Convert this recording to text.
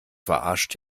verarscht